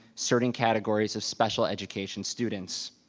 certain categories of special education students.